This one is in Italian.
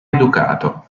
educato